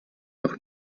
auch